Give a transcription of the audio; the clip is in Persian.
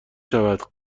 شود